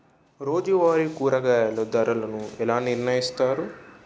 రోజువారి కూరగాయల ధరలను ఎలా నిర్ణయిస్తారు?